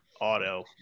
Auto